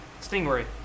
stingray